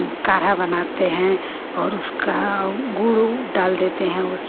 काढ़ा बनाते हैं और उसका गुड़ डाल देते हैं उसमें